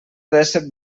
dèsset